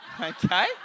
Okay